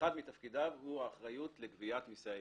שאחד מתפקידיו הוא האחריות לגביית מיסי העירייה.